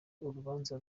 urubanza